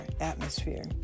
atmosphere